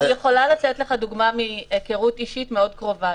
אני יכולה לתת לך דוגמה מהיכרות אישית מאוד קרובה.